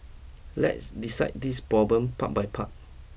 let's decide this problem part by part